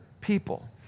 people